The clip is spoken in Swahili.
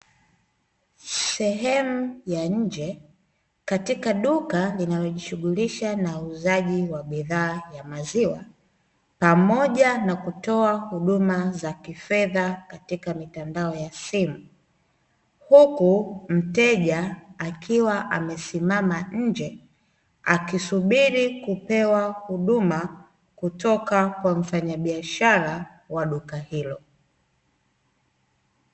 Sehemu ya nje katika duka linalojishughulisha na uuzaji wa bidhaa ya maziwa pamoja na kutoa huduma za kifedha katika mitandao ya simu, huku mteja akiwa amesimama nje akisubiri kupewa huduma kutoka kwa mfanya biashara wa duka hilo.